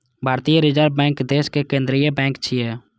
भारतीय reserve bank देशक केंद्रीय बैंक छियै